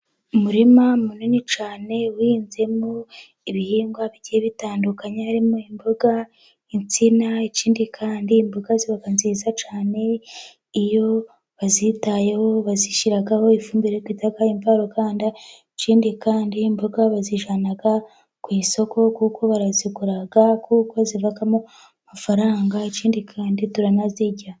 Umurima munini cyane wahinzemwo ibihingwa bigiye bitandukanye harimo imboga, insina, ikindi kandi imboga ziba nziza cyane iyo bazitayeho bazishyiragaho ifumbire bita imvaruganda, ikindi kandi imboga bazijyana ku isoko, kuko barazigura, kuko zibamo amafaranga, ikindi kandi turanazirya